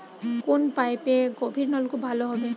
কোন পাইপে গভিরনলকুপ ভালো হবে?